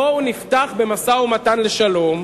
בואו נפתח במשא-ומתן לשלום,